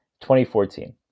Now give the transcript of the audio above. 2014